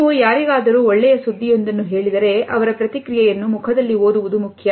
ನೀವು ಯಾರಿಗಾದರೂ ಒಳ್ಳೆಯ ಸುದ್ದಿಯೊಂದನ್ನು ಹೇಳಿದರೆ ಅವರ ಪ್ರತಿಕ್ರಿಯೆಯನ್ನು ಮುಖದಲ್ಲಿ ಓದುವುದು ಮುಖ್ಯ